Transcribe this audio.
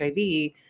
HIV